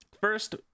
first